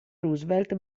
roosevelt